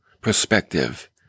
perspective